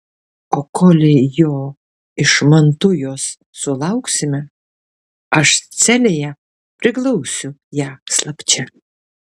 o kolei jo iš mantujos sulauksime aš celėje priglausiu ją slapčia